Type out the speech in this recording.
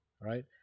right